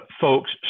Folks